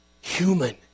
human